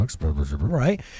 right